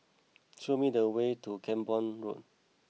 show me the way to Camborne Road